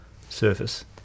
surface